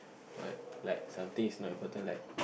what like something is not important like